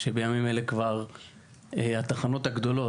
שבימים אלה כבר התחנות הגדולות,